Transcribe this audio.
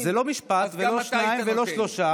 אז גם אתה זה לא משפט ולא שניים ולא שלושה.